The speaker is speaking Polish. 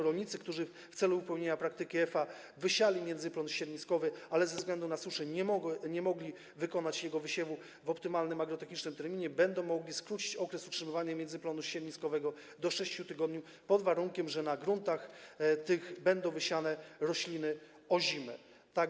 Rolnicy, którzy w celu zastosowania praktyki EFA wysiali międzyplon ścierniskowy, ale ze względu na suszę nie mogli wykonać tego wysiewu w optymalnym agrotechnicznym terminie, będą mogli skrócić okres utrzymywania międzyplonu ścierniskowego do 6 tygodni pod warunkiem, że na gruntach tych będą wysiane rośliny ozime.